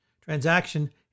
transaction